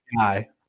guy